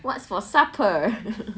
what's for supper